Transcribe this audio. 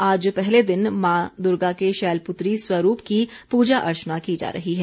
आज पहले दिन मां दुर्गा के शैलपुत्री स्वरूप की पूजा अर्चना की जा रही है